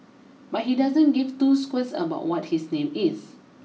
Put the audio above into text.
but he doesn't give two squirts about what his name is